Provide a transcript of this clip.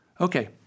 Okay